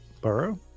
Burrow